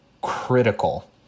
critical